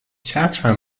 چتر